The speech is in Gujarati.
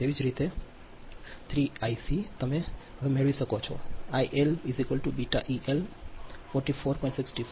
તેવી જ રીતે 3 ડી આઈસી તમે હવે મેળવી શકો છો આઇલ બી ઇલૈઉ 44